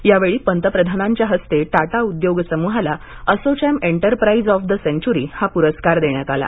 यावेळी पंतप्रधानांच्या हस्ते टाटा उद्योग समूहाला ASSOCHAM enterprise of the century हा पुरस्कार देण्यात आला